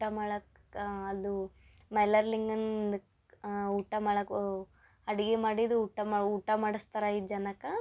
ಊಟ ಮಾಡಕ್ಕೆ ಅದು ಮೈಲಾರ ಲಿಂಗನ ಊಟ ಮಾಡಕ್ಕೆ ಅಡ್ಗೆ ಮಾಡಿದ್ದು ಊಟ ಮಾ ಊಟ ಮಾಡಿಸ್ತಾರ ಐದು ಜನಕ್ಕೆ